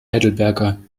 heidelberger